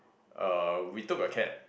uh we took a cab